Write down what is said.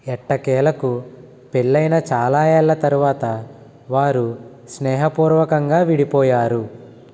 ఎట్టకేలకు పెళ్ళయిన చాలా ఏళ్ళ తర్వాత వారు స్నేహపూర్వకంగా విడిపోయారు